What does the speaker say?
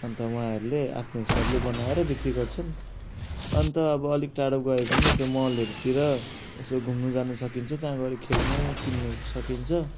अन्त उहाँहरूले आफ्नै हिसाबले बनाएर बिक्री गर्छन् अन्त अब अलिक टाढो गयो भने पनि त्यो मलहरूतिर यसो घुम्नु जानु सकिन्छ त्यहाँबाट खेल्नु किन्नु सकिन्छ